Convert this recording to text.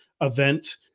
event